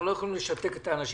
אנחנו לא יכולים לשתק את האנשים,